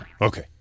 Okay